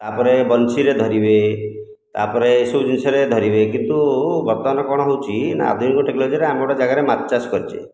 ତା'ପରେ ବନ୍ଶୀରେ ଧରିବେ ତାପରେ ଏଇ ସବୁ ଜିନିଷରେ ଧରିବେ କିନ୍ତୁ ବର୍ତ୍ତମାନ କ'ଣ ହେଉଛି ନା ଆଧୁନିକ ଟେକ୍ନୋଲୋଜିରେ ଆମେ ଗୋଟିଏ ଜାଗାରେ ମାଛ ଚାଷ କରିଛେ